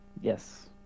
Yes